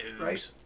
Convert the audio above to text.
right